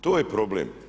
To je problem.